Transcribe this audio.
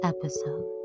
episode